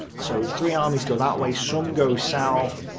so three armies go that way, some go south,